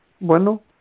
Bueno